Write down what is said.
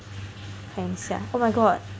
and sia oh my god